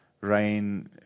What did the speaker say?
rain